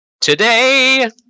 Today